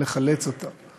לחלץ אותה,